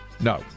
No